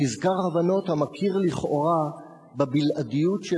מזכר הבנות המכיר לכאורה בבלעדיות של